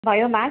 bio maths